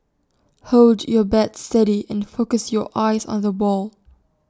hold your bat steady and focus your eyes on the ball